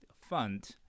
Fund